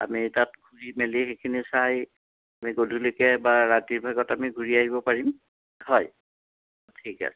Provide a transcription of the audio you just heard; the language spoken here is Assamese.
আমি তাত ঘূৰি মেলি সেইখিনি চাই আমি গধূলিকৈ বা ৰাতিৰ ভাগত আমি ঘূৰি আহিব পাৰিম হয় ঠিক আছে